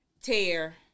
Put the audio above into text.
tear